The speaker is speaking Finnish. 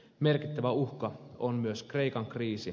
merkittävä uhka on myös kreikan kriisi